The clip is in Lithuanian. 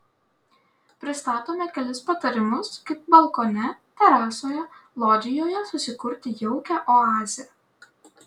pristatome kelis patarimus kaip balkone terasoje lodžijoje susikurti jaukią oazę